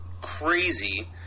crazy